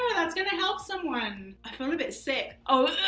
that's gonna help someone. i feel a bit sick. oh.